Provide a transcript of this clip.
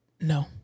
No